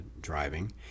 driving